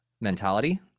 mentality